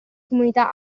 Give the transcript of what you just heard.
comunità